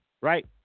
Right